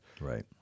Right